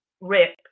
RIP